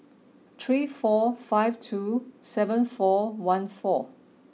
three four five two seven four one four